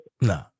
No